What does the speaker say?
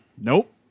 Nope